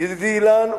ידידי אילן,